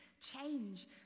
change